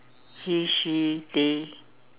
he she they